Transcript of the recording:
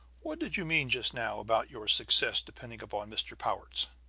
what did you mean, just now, about your success depending upon mr. powart's?